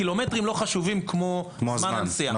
הקילומטרים לא חשובים כמו זמן הנסיעה.